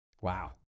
Wow